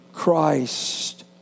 Christ